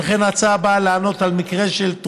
שכן ההצעה באה לענות על מקרים שבהם,